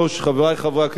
חברי חברי הכנסת,